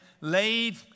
laid